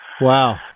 Wow